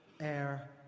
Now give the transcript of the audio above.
air